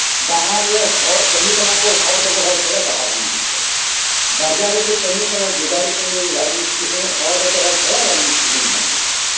ᱰᱟᱦᱟᱨ ᱨᱮ ᱠᱟᱹᱢᱤ ᱠᱟᱱᱟ ᱠᱚ ᱦᱚᱲ ᱜᱚᱜᱚ ᱦᱚᱲ ᱪᱷᱟᱲᱟ ᱰᱟᱦᱟᱨ ᱵᱟᱝ ᱡᱩᱛᱩᱜ ᱠᱟᱱᱟ ᱵᱟᱡᱟᱨ ᱨᱮᱠᱚ ᱠᱟᱹᱢᱤ ᱠᱟᱱᱟ ᱡᱳᱜᱟᱲᱤ ᱠᱟᱹᱢᱤ ᱡᱟᱡᱽ ᱢᱤᱥᱛᱨᱤ ᱥᱚᱝᱜᱮ ᱦᱚᱲ ᱜᱚᱜᱚ ᱦᱚᱲ ᱪᱷᱟᱲᱟ ᱨᱟᱡᱽ ᱢᱤᱥᱛᱤᱨᱤ ᱠᱟᱹᱢᱤ ᱵᱟᱝ ᱦᱩᱭᱩᱜ ᱠᱟᱱᱟ